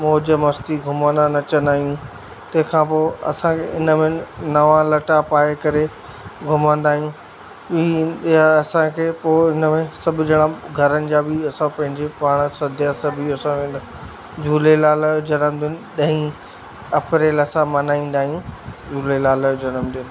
मौज मस्ती घुमंदा नचंदा आहियूं तंहिंखां पोइ असां इन में नवां लटा पाए करे घुमंदा आहियूं या असांखे पोइ इन में सभु ॼणा घरनि जा बि असां पंहिंजे पाण सधिया सभई असां हिन झूलेलाल यो जनम दिन ॾह अप्रैल असां मल्हाईंदा आहियूं झूलेलाल जो जनमदिन